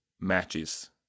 matches